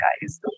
guys